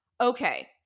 okay